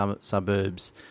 suburbs